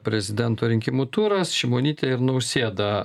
prezidento rinkimų turas šimonytė ir nausėda